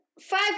Five